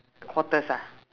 quarters ah